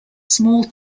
small